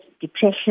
depression